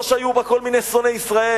לא שהיו בה כל מיני שונאי ישראל,